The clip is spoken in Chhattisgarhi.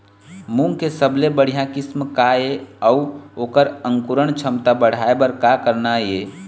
मूंग के सबले बढ़िया किस्म का ये अऊ ओकर अंकुरण क्षमता बढ़ाये बर का करना ये?